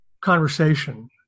conversation